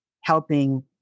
helping